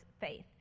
faith